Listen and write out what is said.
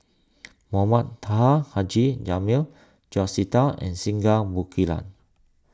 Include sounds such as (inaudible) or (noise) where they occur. (noise) Mohamed Taha Haji Jamil George Sita and Singai Mukilan